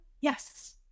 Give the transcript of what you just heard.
Yes